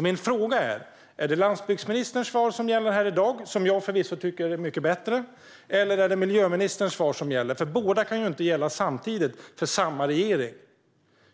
Min fråga är: Är det landsbygdsministerns svar här i dag, som jag förvisso tycker är mycket bättre, som gäller, eller är det miljöministerns svar som gäller? Båda kan ju inte gälla samtidigt för samma regering.